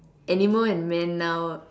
animal and men now